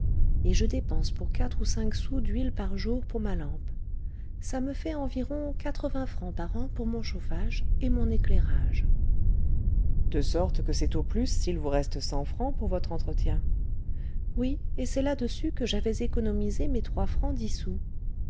et je dépense pour quatre ou cinq sous d'huile par jour pour ma lampe ça me fait environ quatre-vingts francs par an pour mon chauffage et mon éclairage de sorte que c'est au plus s'il vous reste cent francs pour votre entretien oui et c'est là-dessus que j'avais économisé mes trois francs